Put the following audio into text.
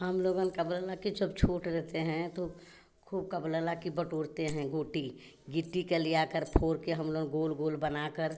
हम लोगों का बोला कि जब छोट रहते हैं तो खुब का बोला ला कि बटोरते हैं गोटी गिट्टी का लाकर फोर कर हम लोग गोल गोल बनाकर